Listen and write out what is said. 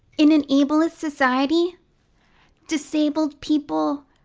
in an ableist society disabled people,